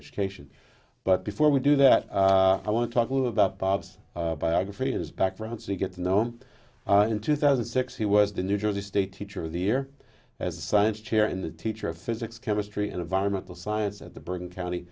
education but before we do that i want to talk to you about bob's biography his background so you get to know him in two thousand and six he was the new jersey state teacher of the year as a science chair in the teacher of physics chemistry and environmental science at the bergen county